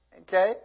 okay